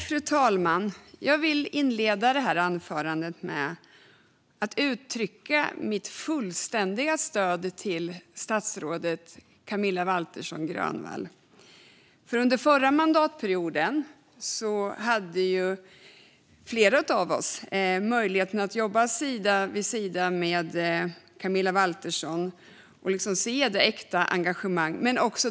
Fru talman! Jag vill inleda anförandet med att uttrycka mitt fullständiga stöd till statsrådet Camilla Waltersson Grönvall. Under förra mandatperioden hade flera av oss möjligheten att jobba sida vid sida med Camilla Waltersson Grönvall och se det äkta engagemanget.